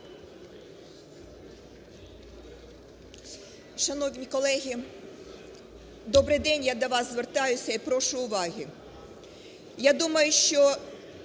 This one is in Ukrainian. Шановні колеги! Добрий день! Я до вас звертаюся і прошу уваги. Я думаю, що